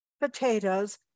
potatoes